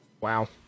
Wow